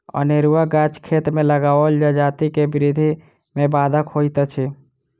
अनेरूआ गाछ खेत मे लगाओल जजाति के वृद्धि मे बाधक होइत अछि